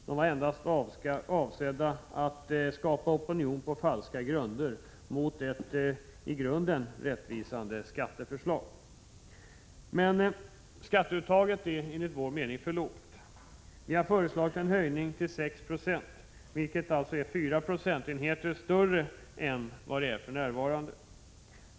De var endast avsedda att skapa opinion på falska grunder mot ett i grunden rättvisande skatteförslag. Men skatteuttaget är enligt vår mening för lågt. Vi har föreslagit en höjning till 6 26, vilket är fyra procentenheter mer än för närvarande.